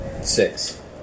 six